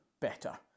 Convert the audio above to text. better